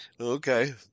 Okay